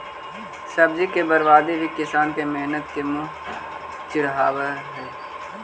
सब्जी के बर्बादी भी किसान के मेहनत के मुँह चिढ़ावऽ हइ